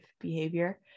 behavior